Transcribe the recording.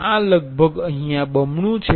આ લગભગ અહીં બમણું છે